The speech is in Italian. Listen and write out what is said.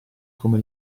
come